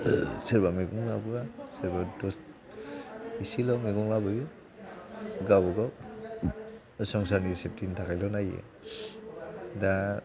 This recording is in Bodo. सोरबा मैगं लाबोआ सोरबा इसेल' मैगं लाबोयो गावबागाव संसारनि सेफथिनि थाखायल' नायो दा